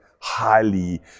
highly